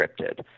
scripted